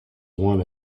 one